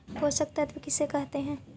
पोषक तत्त्व किसे कहते हैं?